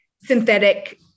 synthetic